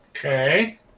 Okay